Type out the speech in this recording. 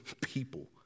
people